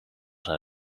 zijn